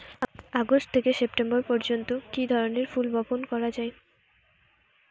August থেকে September পর্যন্ত কি ধরনের ফুল বপন করা যায়?